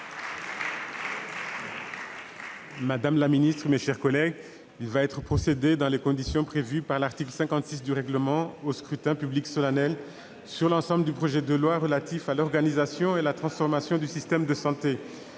! Très bien ! Mes chers collègues, il va être procédé, dans les conditions prévues par l'article 56 du règlement, au scrutin public solennel sur l'ensemble du projet de loi relatif à l'organisation et à la transformation du système de santé.